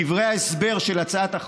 בדברי ההסבר של הצעת החוק,